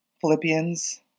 Philippians